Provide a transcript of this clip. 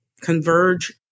converge